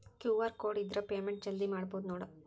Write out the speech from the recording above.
QR code ಇದ್ರ payment ಜಲ್ದಿ ಮಾಡಬಹುದು ನೋಡ್